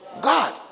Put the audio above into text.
God